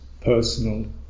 personal